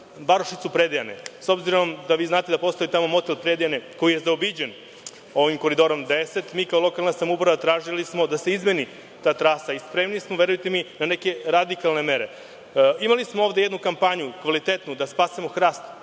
varošicu Predejane. S obzirom da znate da tamo postoji motel „Predejane“ koji je zaobiđen ovim Koridorom 10, mi kao lokalna samouprava smo tražili da se izmeni ta trasa. Spremni smo verujte mi, na neke radikalne mere. Imali smo ovde jednu kvalitetnu kampanju da spasimo hrast